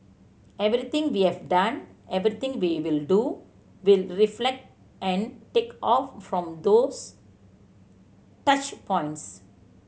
everything we have done everything we will do will reflect and take off from those touch points